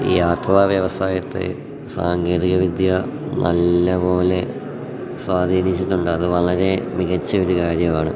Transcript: യാത്രാ വ്യവസായത്തെ സാങ്കേതിക വിദ്യ നല്ലതു പോലെ സ്വാധീനിച്ചിട്ടുണ്ടത് വളരെ മികച്ച ഒരു കാര്യമാണ്